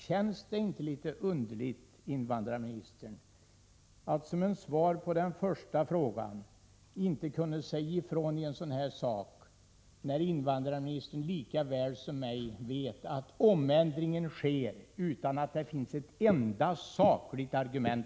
Känns det inte litet underligt, invandrarministern, att som ett svar på den första frågan inte kunna säga ifrån i en sådan här sak, när invandrarministern lika väl som jag vet att ändringen sker utan att det finns ett enda sakligt argument?